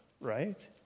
right